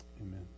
Amen